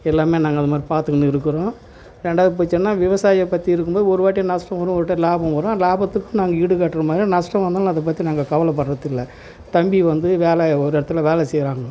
எல்லாமே நாங்கள் அது மாதிரி பார்த்துக்கின்னு இருக்கிறோம் ரெண்டாவது பட்சம்னால் விவாசாயை பற்றி இருக்கும்போது ஒரு வாட்டி நஷ்டம் வரும் ஒரு வாட்டி லாபம் வரும் லாபத்துக்கும் நாங்கள் ஈடு கட்டுற மாதிரி நஷ்டம் வந்தாலும் அதை பற்றி நாங்கள் கவலைப்படுறதில்ல தம்பி வந்து வேலை ஒரு இடத்துல வேலை செய்கிறாங்கோ